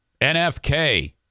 NFK